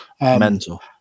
Mental